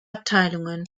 abteilungen